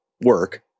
work